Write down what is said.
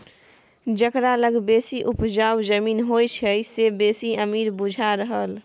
जकरा लग बेसी उपजाउ जमीन होइ छै से बेसी अमीर बुझा रहल